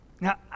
Now